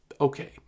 okay